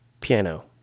piano